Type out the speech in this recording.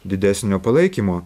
didesnio palaikymo